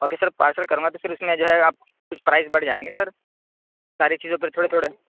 okay sir parcel کروں گا تو پھر اس میں جو ہے آپ کو کچھ پرائز بڑھ جائیں گے سر ساری چیزوں پر تھوڑے تھوڑے